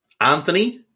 Anthony